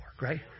right